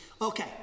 okay